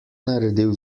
naredil